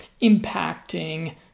impacting